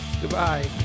Goodbye